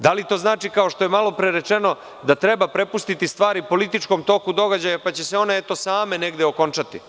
Da li to znači, kao što je malopre rečeno, da treba prepustiti stvari političkom toku događaja pa će se one eto same negde okončati?